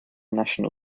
national